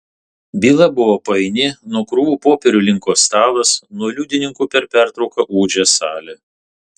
byla buvo paini nuo krūvų popierių linko stalas nuo liudininkų per pertrauką ūžė salė